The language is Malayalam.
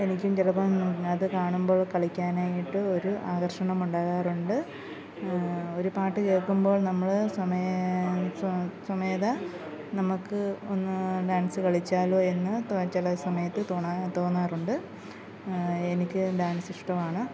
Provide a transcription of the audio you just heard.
എനിക്കും ചിലപ്പം അത് കാണുമ്പോൾ കളിക്കാനായിട്ട് ഒരു ആകർഷണമുണ്ടാകാറുണ്ട് ഒരു പാട്ട് കേൾക്കുമ്പോൾ നമ്മൾ സ്വമേധയാ നമുക്ക് ഒന്ന് ഡാൻസ്സ് കളിച്ചാലോ എന്ന് ചില സമയത്ത് തോന്നാറുണ്ട് എനിക്ക് ഡാൻസ് ഇഷ്ടമാണ്